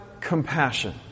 compassion